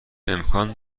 امکان